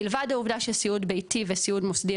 מלבד העובדה שסיעוד בייתי וסיעוד מוסדי,